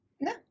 No